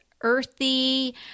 earthy